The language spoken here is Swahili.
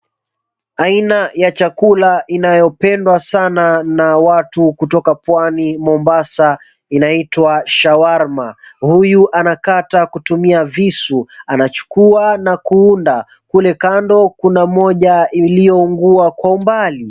Aina ya chakula inayopendwa sana na watu kutoka Pwani Mombasa, inaitwa shawarma . Huyu anakata kutumia visu, anachukua na kuunda kule kando kuna moja iliyoungua kwa umbali.